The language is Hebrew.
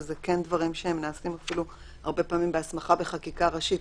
זה כן דברים שנעשים אפילו הרבה פעמים בהסמכה בחקיקה ראשית.